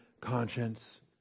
conscience